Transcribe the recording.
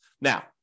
Now